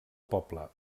poble